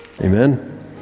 Amen